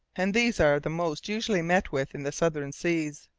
and these are the most usually met with in the southern seas.